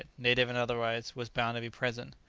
native and otherwise, was bound to be present.